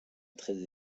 très